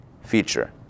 feature